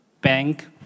bank